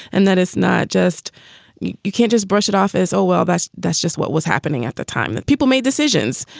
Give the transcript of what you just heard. and that is not just you can't just brush it off as, oh, well, that's that's just what was happening at the time that people made decisions.